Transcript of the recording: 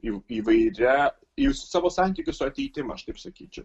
į įvairia jūs savo santykius ateitim aš taip sakyčiau